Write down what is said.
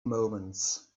moments